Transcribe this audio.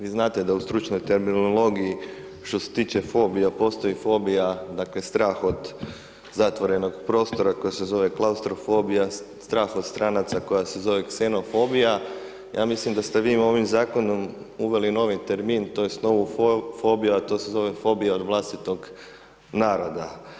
Vi znate da u stručnoj terminologiji što se tiče fobija, postoji fobija, dakle, strah od zatvorenog prostora koja se zove klaustrofobija, strah od stranaca koja se zove ksenofobija, ja mislim da ste vi ovim Zakonom, uveli novi termin, to jest novu fobija, a to se zove fobija od vlastitog naroda.